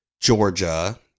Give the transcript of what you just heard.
Georgia